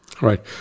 right